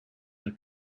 are